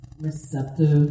receptive